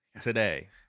today